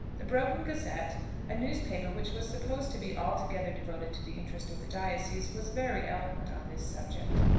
the broughton gazette a newspaper which was supposed to be altogether devoted to the interest of the diocese, was very eloquent on this subject.